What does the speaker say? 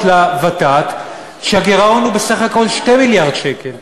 לוות"ת שהגירעון הוא בסך הכול 2 מיליארד שקל,